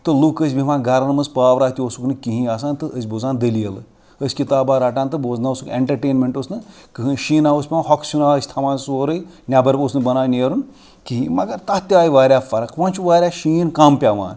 تہٕ لُکھ ٲسۍ بیٚہوان گَرَن منٛز پاورہ تہِ اوسُکھ نہٕ کِہیٖنۍ آسان تہٕ ٲسۍ بوزان دٔلیٖلہٕ ٲسۍ کِتابہ رَٹان تہٕ بوزناوان اوسُکھ اٮ۪نٹرٹینمٮ۪نٛٹ اوس نہ کٕہٕنۍ شیٖنہ اوس پیٚوان ہۄکھٕ سیُنہ ٲسۍ تھَوان سورُے نٮ۪بَر اوس نہٕ بَنان نیرُن کِہیٖنۍ مگر تَتھ تہِ آے واریاہ فرق وۄنۍ چھُ واریاہ شیٖن کَم پیٚوان